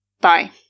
Bye